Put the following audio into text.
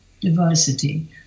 diversity